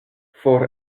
for